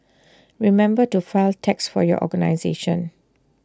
remember to file tax for your organisation